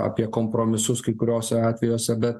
apie kompromisus kai kuriuose atvejuose bet